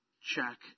check